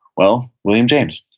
well, william james.